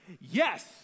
yes